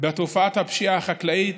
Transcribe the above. בתופעת הפשיעה החקלאית,